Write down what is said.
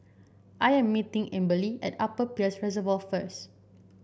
I am meeting Amberly at Upper Peirce Reservoir first